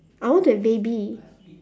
I want to have baby